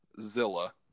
Zilla